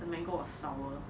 the mango was sour